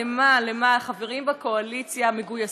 למה, למה, למה החברים בקואליציה מגויסים?